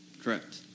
correct